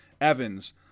Evans